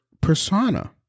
persona